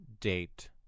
date